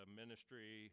ministry